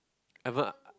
ever ah